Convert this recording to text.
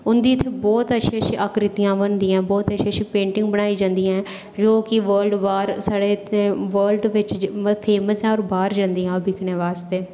उंदी इक्क बहुत ई अच्छी अच्छी आकृतियां बनदियां अच्छी अच्छी पेंटिंग बनदियां जो कि वर्ल्ड बिच इत्थूं दा बाह्र जंदियां ओह् बिकने आस्तै